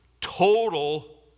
total